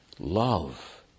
love